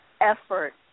effort